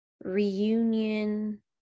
reunion